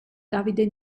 davide